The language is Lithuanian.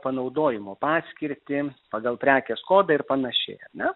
panaudojimo paskirtį pagal prekės kodą ir panašiai ar ne